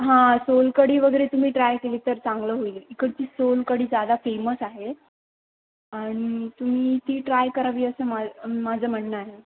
हां सोलकडी वगैरे तुम्ही ट्राय केली तर चांगलं होईल इकडची सोलकडी जादा फेमस आहे आणि तुम्ही ती ट्राय करावी असं माझं माझं म्हणणं आहे